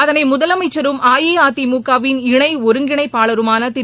அதனை முதலமைச்சரும் அஇஅதிமுகவின் இணை ஒருங்கிணைப்பாளருமான திரு